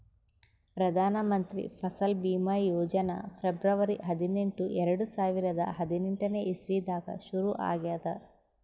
Pradhan Mantri Fasal Bima Yojana February ಹದಿನೆಂಟು, ಎರಡು ಸಾವಿರದಾ ಹದಿನೆಂಟನೇ ಇಸವಿದಾಗ್ ಶುರು ಆಗ್ಯಾದ್